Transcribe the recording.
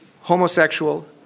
homosexual